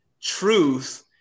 truth